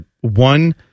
one